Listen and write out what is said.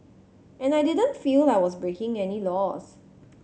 and I didn't feel I was breaking any laws